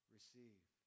Receive